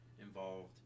involved